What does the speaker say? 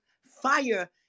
fire